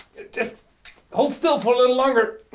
just hold still for a little longer